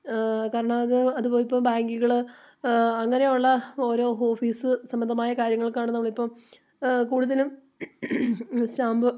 കാരണം അത് അതിപ്പം ബാങ്കുകൾ അങ്ങനെയുള്ള ഓരോ ഓഫീസ് സംബന്ധമായ കാര്യങ്ങൾക്കാണ് നമ്മളിപ്പം കൂടുതലും സ്റ്റാമ്പ്